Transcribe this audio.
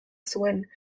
zuen